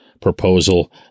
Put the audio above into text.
proposal